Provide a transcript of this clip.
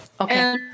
Okay